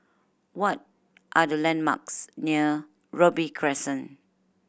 what are the landmarks near Robey Crescent